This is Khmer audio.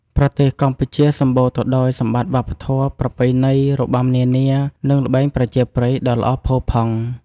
ប្រទេសកម្ពុជាសម្បូរទៅដោយសម្បត្តិវប្បធម៌ ប្រពៃណី របាំនានា និងល្បែងប្រជាប្រិយ ដ៏ល្អផូផង់។